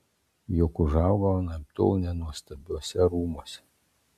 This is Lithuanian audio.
juk užaugau anaiptol ne nuostabiuose rūmuose